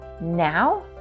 now